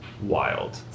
wild